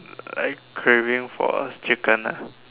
I craving for chicken ah